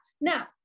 Now